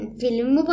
film